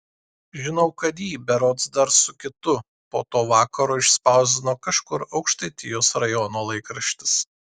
žinau kad jį berods dar su kitu po to vakaro išspausdino kažkur aukštaitijos rajono laikraštis